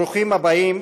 ברוכים הבאים,